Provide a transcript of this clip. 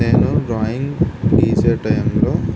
నేను డ్రాయింగ్ గీసే టైంలో